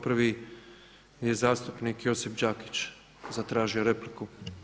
Prvi je zastupnik Josip Đakić zatražio repliku.